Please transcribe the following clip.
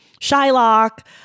Shylock